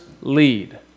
lead